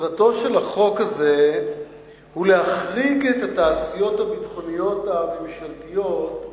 מטרתו של החוק הזה היא להחריג את התעשיות הביטחוניות הממשלתיות,